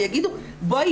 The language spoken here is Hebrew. ויגידו לה 'בואי,